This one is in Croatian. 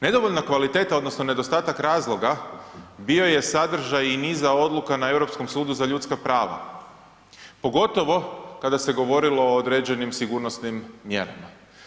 Nedovoljna kvaliteta odnosno nedostatak razloga bio je sadržaj i niza odluka na Europskom sudu za ljudska prava, pogotovo kada se govorilo o određenim sigurnosnim mjerama.